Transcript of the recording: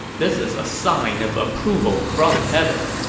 this is a sign of approval from heaven.